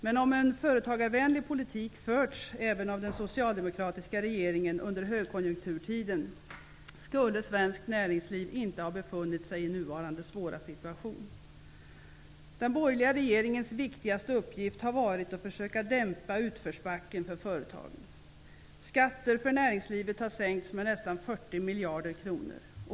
Men om en företagarvänlig politik förts även av den socialdemokratiska regeringen under högkonjunkturtiden skulle svenskt näringsliv inte ha befunnit sig i nuvarande svåra situation. Den borgerliga regeringens viktigaste uppgift har varit att försöka dämpa utförsbacken för företagen. Skatter för näringslivet har sänkts med nästan 40 miljarder kronor.